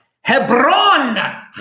Hebron